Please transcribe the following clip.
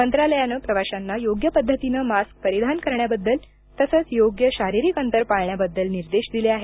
मंत्रालयाने प्रवाशांना योग्य पद्धतीनं मास्क परिधान करण्याबद्दल तसंच योग्य शारीरिक अंतर पाळण्याबद्दल निर्देश दिले आहेत